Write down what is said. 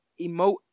emote